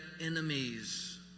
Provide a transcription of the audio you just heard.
enemies